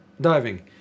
diving